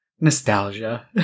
nostalgia